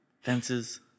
Fences